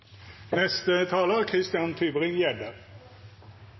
neste taler